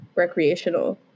recreational